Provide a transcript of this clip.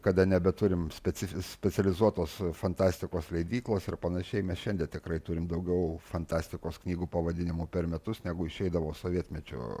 kada nebeturime specializuotos fantastikos leidyklos ir panašiai mes šiandien tikrai turime daugiau fantastikos knygų pavadinimų per metus negu išeidavo sovietmečio